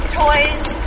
toys